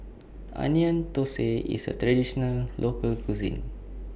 Onion Thosai IS A Traditional Local Cuisine